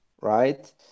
right